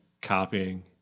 copying